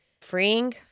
freeing